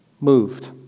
moved